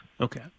Okay